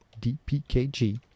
dpkg